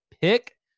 pick